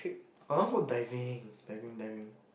I want go diving diving diving